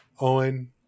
Owen